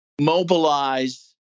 mobilize